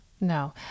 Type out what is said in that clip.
No